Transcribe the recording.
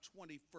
21st